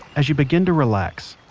as you begin to relax,